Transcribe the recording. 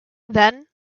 then